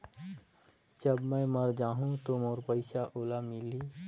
जब मै मर जाहूं तो मोर पइसा ओला मिली?